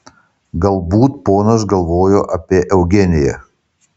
galbūt ponas galvojo apie eugeniją